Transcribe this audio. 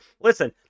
Listen